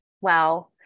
Wow